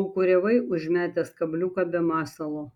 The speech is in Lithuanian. lūkuriavai užmetęs kabliuką be masalo